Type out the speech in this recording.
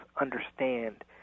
understand